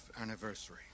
anniversary